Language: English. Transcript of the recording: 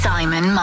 Simon